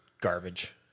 garbage